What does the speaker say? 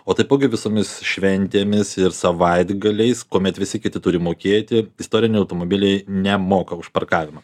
o taipogi visomis šventėmis ir savaitgaliais kuomet visi kiti turi mokėti istoriniai automobiliai nemoka už parkavimą